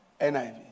NIV